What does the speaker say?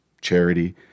charity